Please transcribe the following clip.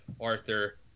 arthur